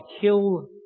kill